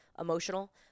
emotional